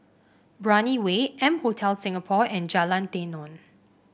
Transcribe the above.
Brani Way M Hotel Singapore and Jalan Tenon